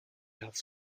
have